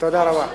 תודה רבה.